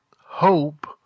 hope